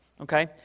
okay